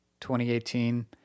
2018